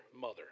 mother